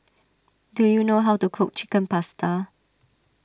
do you know how to cook Chicken Pasta